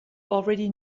already